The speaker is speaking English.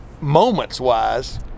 moments-wise